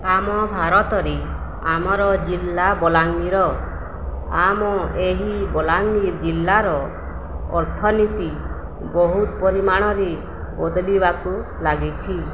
ଆମ ଭାରତରେ ଆମର ଜିଲ୍ଲା ବଲାଙ୍ଗୀର ଆମ ଏହି ବଲାଙ୍ଗୀର ଜିଲ୍ଲାର ଅର୍ଥନୀତି ବହୁତ ପରିମାଣରେ ବଦଳିବାକୁ ଲାଗିଛି